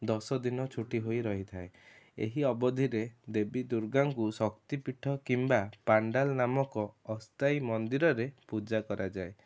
ଦଶଦିନ ଛୁଟି ହୋଇ ରହିଥାଏ ଏହି ଅବଧିରେ ଦେବୀ ଦୂର୍ଗାଙ୍କୁ ଶକ୍ତି ପୀଠ କିମ୍ବା ପାଣ୍ଡାଲ ନାମକ ଅସ୍ଥାୟୀ ମନ୍ଦିରରେ ପୂଜା କରାଯାଏ